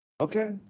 Okay